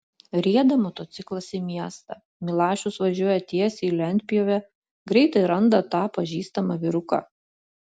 rieda motociklas į miestą milašius važiuoja tiesiai į lentpjūvę greitai randa tą pažįstamą vyruką